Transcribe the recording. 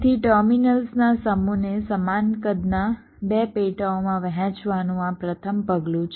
તેથી ટર્મિનલ્સના સમૂહને સમાન કદના 2 પેટાઓમાં વહેંચવાનું આ પ્રથમ પગલું છે